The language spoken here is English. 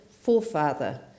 forefather